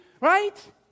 right